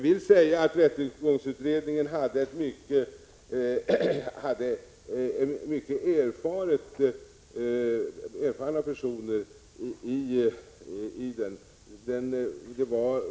Rättegångsutredningen bestod av mycket erfarna personer.